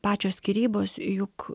pačios skyrybos juk